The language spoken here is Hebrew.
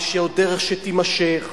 דרך שעוד תימשך,